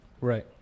right